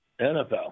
NFL